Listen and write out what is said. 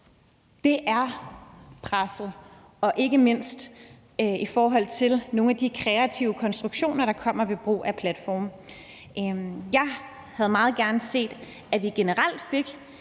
Det er presset, ikke mindst i forhold til nogle af de kreative konstruktioner, der kommer ved brug af platforme. Jeg havde meget gerne set, at vi generelt fik